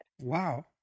Wow